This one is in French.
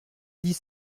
dix